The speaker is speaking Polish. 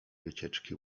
wycieczki